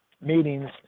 meetings